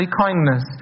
kindness